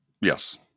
Yes